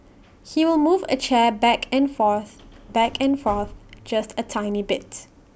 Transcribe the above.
he will move A chair back and forth back and forth just A tiny bits